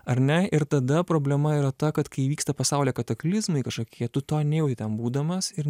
ar ne ir tada problema yra ta kad kai įvyksta pasaulyje kataklizmai kažkokie tu to nejauti ten būdamas ir